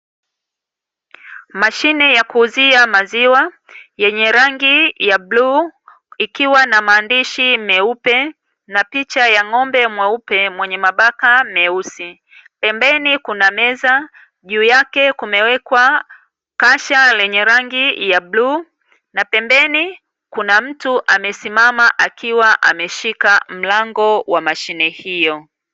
Mashine ya kuuzia maziwa yenye rangi ya bluu ikiwa na maandishi meupe na picha ya ng'ombe mweupe mwenye mabaka meusi, pembeni kuna meza juu yake kumewekwa kasha lenye rangi ya bluu na pembeni kuna mtu amesimama akiwa ameshika mlango wa mashine hiyo.